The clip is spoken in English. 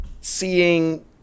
seeing